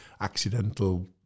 accidental